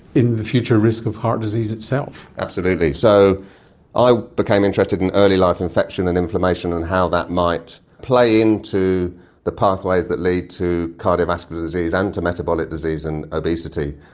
in the future risk of heart disease itself. absolutely. so i became interested in early life infection and inflammation and how that might play into the pathways that leads to cardiovascular disease and to metabolic disease and obesity.